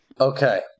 Okay